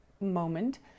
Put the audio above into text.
moment